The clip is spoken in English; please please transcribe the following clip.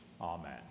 Amen